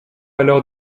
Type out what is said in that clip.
alors